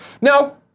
No